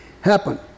happen